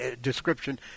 description